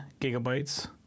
gigabytes